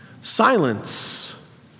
Silence